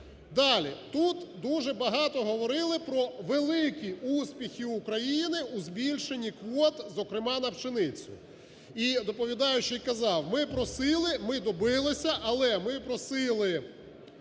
Далі. Тут дуже багато говорили про великі успіхи України у збільшенні квот, зокрема на пшеницю. І доповідаючий казав: "Ми просили. Ми добилися. Але ми просили